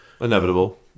Inevitable